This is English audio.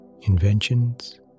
inventions